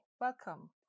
welcome